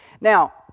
Now